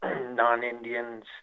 non-Indians